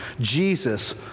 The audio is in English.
Jesus